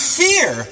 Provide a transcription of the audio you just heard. fear